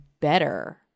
better